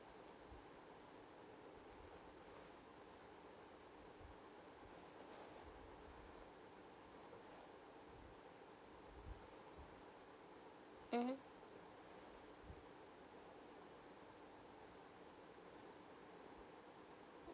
mmhmm